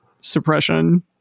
suppression